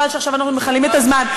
חבל שעכשיו אנחנו מכלים את הזמן.